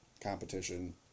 competition